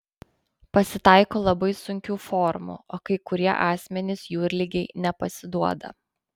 pasitaiko labai sunkių formų o kai kurie asmenys jūrligei nepasiduoda